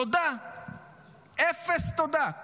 אפס תודה.